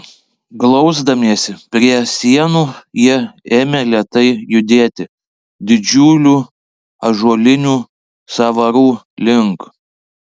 glausdamiesi prie sienų jie ėmė lėtai judėti didžiulių ąžuolinių sąvarų link